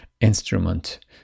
instrument